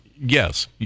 yes